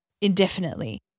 indefinitely